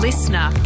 Listener